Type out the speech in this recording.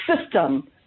system